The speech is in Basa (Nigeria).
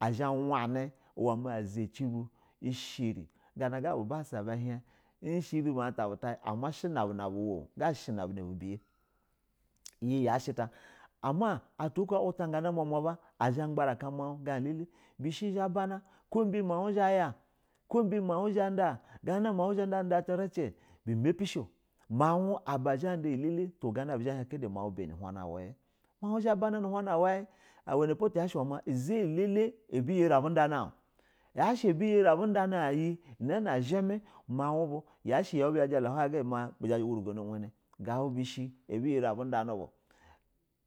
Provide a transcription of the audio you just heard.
a zhɛ a wani ume. Ma izhaci bu ushɛ buna bubiye, ama iyi yashɛ ta, ama atula oko a wuta gana umuma aba a zha a gbara ka malo gana elele bishe zha ba bana ko ube mau zha ma yak o ube mau zha ma ida gana na mau zhana ida tirizi bu mapishe o. Mau aba zha na da iyi a elele ganana aba buzha ba hin kada mau mu bani uhana uwe mau zha ma bana nu huna uwe i we napo uzha yi abu ɛri ma udani in o yashe abu dana in hon iyi na zhimɛ mau bu yasha yau bu hown ya jala ma umjono uweni ga bu bishɛ abu ire a bu dani bu